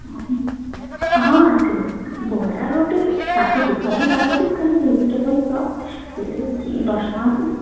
ଓହୋ ହଁ ଆସିବେ ହେଲା ବରା ଗୋଟେ ସାତ ପିସ୍ ସବୁ ସାତ ପିସ୍ ଖାଲି ଭେଜିଟେବୁଲ୍ ଚପ୍ ସେ ଦଶଟଙ୍କା ପିସ୍